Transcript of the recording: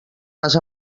les